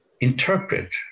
interpret